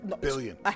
billion